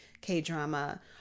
K-drama